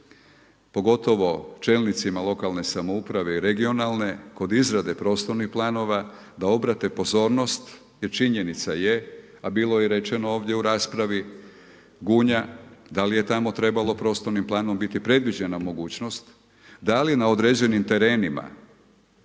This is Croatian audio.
pogotovo čelnicima lokalne samouprave i regionalne kroz izrade prostornih planova da obrate pozornost jer činjenica je a bilo je rečeno ovdje u raspravi, Gunja, da li je tamo trebalo prostornim planom biti predviđena mogućnost, da li na određenim terenima